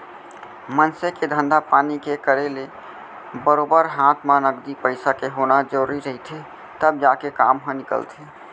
मनसे के धंधा पानी के करे ले बरोबर हात म नगदी पइसा के होना जरुरी रहिथे तब जाके काम ह निकलथे